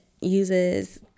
uses